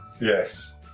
Yes